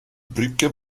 brücke